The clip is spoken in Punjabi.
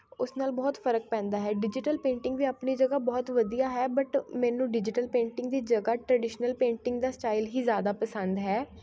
ਉਸ ਨਾਲ ਬਹੁਤ ਫਰਕ ਪੈਂਦਾ ਹੈ ਡਿਜ਼ੀਟਲ ਪੇਂਟਿੰਗ ਵੀ ਆਪਣੀ ਜਗ੍ਹਾ ਬਹੁਤ ਵਧੀਆ ਹੈ ਬਟ ਮੈਨੂੰ ਡਿਜ਼ੀਟਲ ਪੇਂਟਿੰਗ ਦੀ ਜਗ੍ਹਾ ਟਰਡੀਸ਼ਨਲ ਪੇਂਟਿੰਗ ਦਾ ਸਟਾਈਲ ਹੀ ਜ਼ਿਆਦਾ ਪਸੰਦ ਹੈ